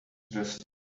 dressed